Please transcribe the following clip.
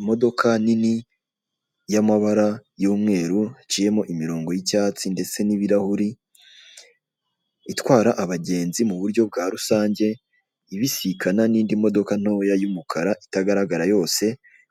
Imodoka nini y'amabara y'umweru haciyemo imirongo y'icyatsi ndetse n'ibirahure itwara abagenzi mu buryo bwa rusange ibisikana n'indi modoka ntoya y'umukara itagaragara yose,